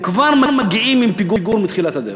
הם מגיעים עם פיגור כבר מתחילת הדרך.